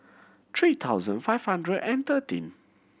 three thousand five hundred and thirteen